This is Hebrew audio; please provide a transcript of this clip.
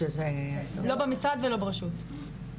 לא במשרד ולא ברשות.